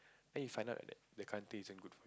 then you find out the country isn't good